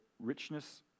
richness